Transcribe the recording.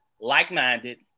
like-minded